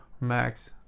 Max